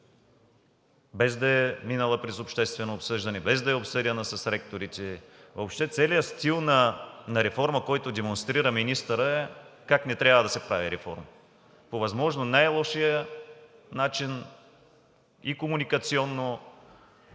без да е минала през обществено обсъждане, без да е обсъдена с ректорите – въобще целият стил на реформа, който демонстрира министърът, е как не трябва да се прави реформа. По възможно най-лошия начин – и комуникационно